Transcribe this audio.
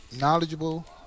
knowledgeable